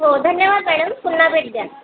हो धन्यवाद मॅडम पुन्हा भेट द्या